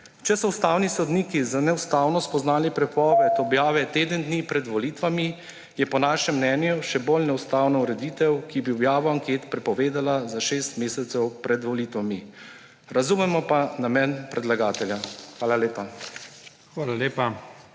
Če so ustavni sodniki za neustavno spoznali prepoved objave teden dni pred volitvami, je po našem mnenju še bolj neustavna ureditev, ki bi objavo anket prepovedala za šest mesecev pred volitvami. Razumemo pa namen predlagatelja. Hvala lepa.